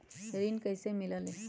ऋण कईसे मिलल ले?